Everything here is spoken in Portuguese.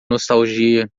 nostalgia